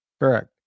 Correct